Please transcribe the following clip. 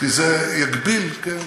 כי זה יגביל, כן,